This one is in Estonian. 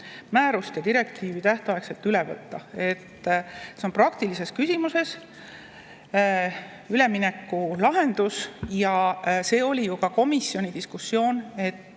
määrust ja direktiivi tähtaegselt üle võtta. See on praktilises küsimuses üleminekulahendus. See oli ka komisjoni diskussioonis, et